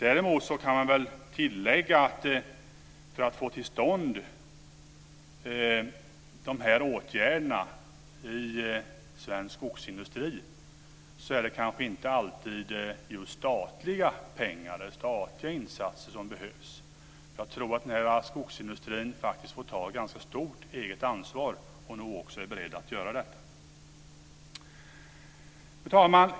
Däremot kan man väl tillägga att det kanske inte alltid är just statliga insatser som behövs för att få till stånd dessa åtgärder i svensk skogsindustri. Jag tror att skogsindustrin faktiskt får ta ganska stort eget ansvar och nu också är beredd att göra detta. Fru talman!